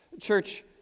Church